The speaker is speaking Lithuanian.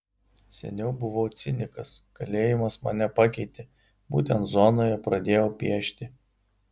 seniau buvau cinikas kalėjimas mane pakeitė būtent zonoje pradėjau piešti